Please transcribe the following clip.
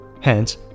hence